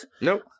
Nope